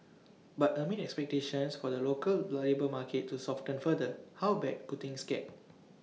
but amid expectations for the local labour market to soften further how bad could things get